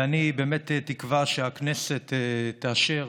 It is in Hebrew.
אני באמת תקווה שהכנסת תאשר